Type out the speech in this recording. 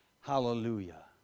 Hallelujah